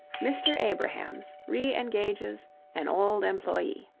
mr. abrahams re-engages an old employee